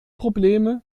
probleme